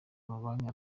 amabanki